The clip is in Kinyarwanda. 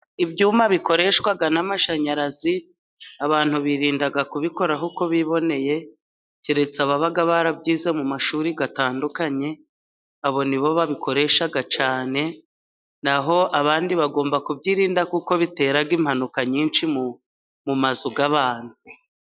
Ibyuma bikoreshwa n'amashanyarazi abantu birinda kubikoraho uko biboneye, keretse ababa barabyize mu mashuri atandukanye abo nibo babikoresha cyane, naho abandi bagomba kubyirinda kuko bitera impanuka nyinshi mu mazu y'abantu.